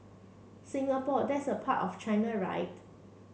Singapore that's a part of China right